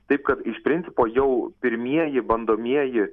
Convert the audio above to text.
taip kad iš principo jau pirmieji bandomieji